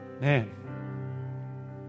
man